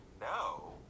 no